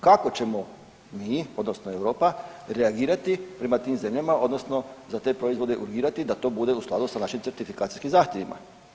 Kako ćemo mi odnosno Europa reagirati prema tim zemljama odnosno za te proizvode urgirati da to bude u skladu sa našim certifikacijskim zahtjevima?